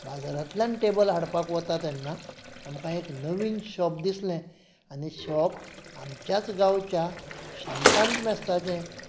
बाजारांतल्यान टेबल हाडपाक वता तेन्ना आमकां एक नवीन शॉप दिसलें आनी शॉप आमच्याच गांवच्या शामकांत मेस्ताचें